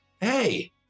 hey